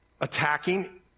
attacking